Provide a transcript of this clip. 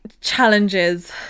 challenges